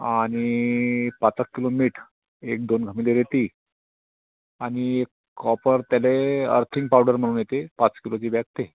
आणि पाच आठ किलो मीठ एक दोन घमेली रेती आणि कॉपर त्याला अर्थिंग पाऊडर म्हणून येते पाच किलोची बॅग ते